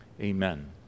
amen